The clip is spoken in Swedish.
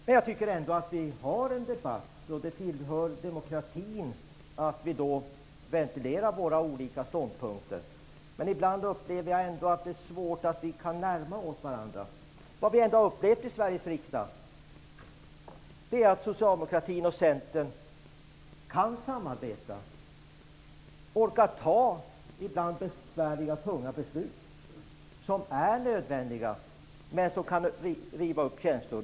Men vi har ändå en debatt, och det tillhör demokratin att vi då ventilerar våra olika ståndpunkter. Ibland upplever jag dock att vi kan ha svårt att närma oss varandra. Vad vi trots allt har upplevt i Sveriges riksdag är att socialdemokratin och Centern kan samarbeta, orkar ta ibland besvärliga och tunga beslut som är nödvändiga men som kan riva upp känslor.